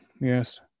yes